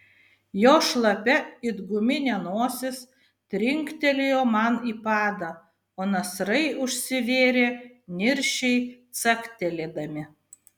jo šlapia it guminė nosis trinktelėjo man į padą o nasrai užsivėrė niršiai caktelėdami